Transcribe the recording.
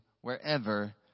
wherever